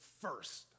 first